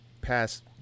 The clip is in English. past